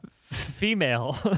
female